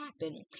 happen